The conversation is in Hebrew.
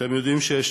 אתם יודעים שיש